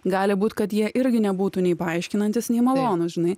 gali būt kad jie irgi nebūtų nei paaiškinantys nei malonūs žinai